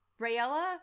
Rayella